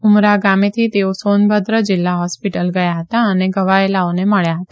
ઉમરાહ ગામેથી તેઓ સોનભદ્ર જીલ્લા હોસ્પિટલ ગયા હતા અને ઘવાયેલાઓને મળ્યા હતા